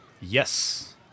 Yes